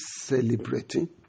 celebrating